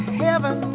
heaven